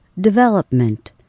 development